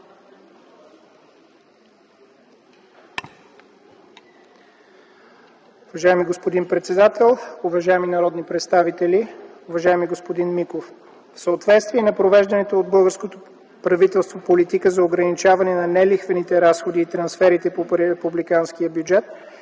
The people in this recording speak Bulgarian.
Уважаеми господин председател, уважаеми народни представители! Уважаеми господин Миков, в съответствие на провежданата от българското правителство политика за ограничаване на нелихвените разходи и трансферите по републиканския бюджет